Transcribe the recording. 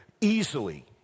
Easily